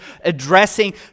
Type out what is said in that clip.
addressing